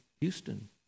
Houston